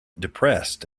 depressed